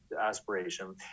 aspiration